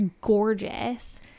gorgeous